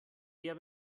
eher